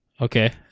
Okay